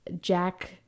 Jack